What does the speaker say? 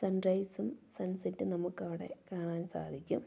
sun റൈസും സൺ സെറ്റും നമുക്കവിടെ കാണാൻ സാധിക്കും